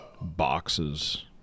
boxes